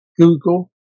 Google